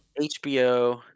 HBO